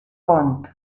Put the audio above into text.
pont